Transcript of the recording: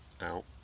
out